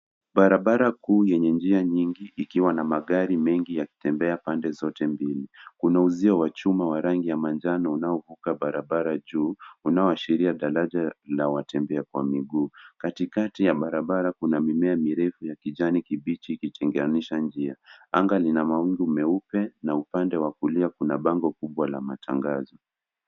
Barabara kuu yenye njia nyingi ikiwa na magari mengi yakitembea pande zote mbili. Kuna uzio wa chuma wa rangi ya manjano unaovuka barabara juu unaoashiria daraja la watembea kwa miguu. Katikati ya barabara kuna mimea mirefu ya kijani kibichi ikitenganisha njia. Anga lina mawingu meupe na upande wa kulia kuna bango kubwa la matangazo.